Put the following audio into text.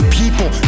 people